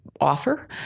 offer